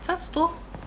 三十多